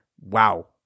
wow